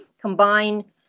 combine